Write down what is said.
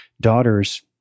daughter's